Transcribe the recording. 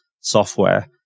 software